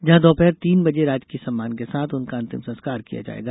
जहां दोपहर तीन बजे राजकीय सम्मान के साथ उनका अंतिम संस्कार किया जायेगा